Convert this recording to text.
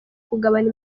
kugabana